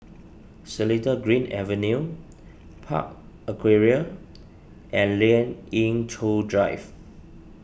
Seletar Green Avenue Park Aquaria and Lien Ying Chow Drive